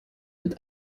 mit